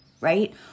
right